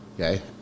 Okay